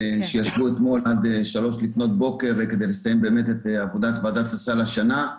שישבו אתמול עד שלוש לפנות בוקר כדי לסיים את עבודת ועדת הסל השנה.